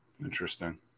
Interesting